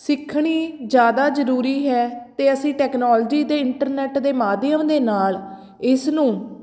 ਸਿੱਖਣੀ ਜ਼ਿਆਦਾ ਜ਼ਰੂਰੀ ਹੈ ਅਤੇ ਅਸੀਂ ਟੈਕਨੋਲੋਜੀ ਅਤੇ ਇੰਟਰਨੈੱਟ ਦੇ ਮਾਧਿਅਮ ਦੇ ਨਾਲ ਇਸ ਨੂੰ